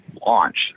Launch